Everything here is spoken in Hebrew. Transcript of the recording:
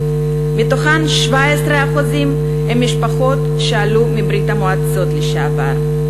מתוכן 17% הן משפחות שעלו מברית-המועצות לשעבר,